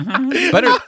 Better